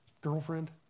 girlfriend